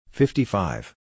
fifty-five